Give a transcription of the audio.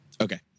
Okay